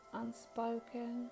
unspoken